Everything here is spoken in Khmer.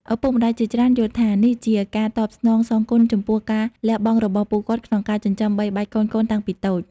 ឪពុកម្ដាយជាច្រើនយល់ថា នេះជាការតបស្នងសងគុណចំពោះការលះបង់របស់ពួកគាត់ក្នុងការចិញ្ចឹមបីបាច់កូនៗតាំងពីតូច។